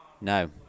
No